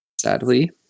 Sadly